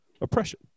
oppression